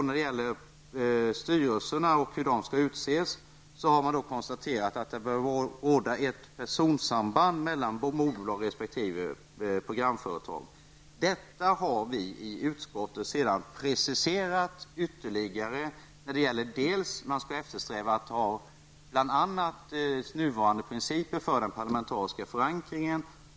När det gäller styrelserna och hur de skall utses har man konstaterat att det bör råda ett personsamband mellan moderbolag och resp. programföretag. Detta har vi i utskottet preciserat ytterligare. Man skall eftersträva att ha kvar nuvarande principer för den parlamentariska förankringen.